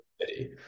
city